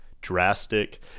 drastic